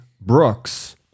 Brooks